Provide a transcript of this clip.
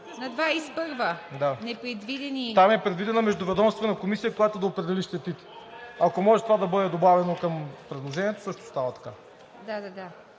МЛАДЕН ШИШКОВ: Да, там е предвидена междуведомствена комисия, която да определи щетите. Ако може, това да бъде добавено към предложението, също става така: „Всички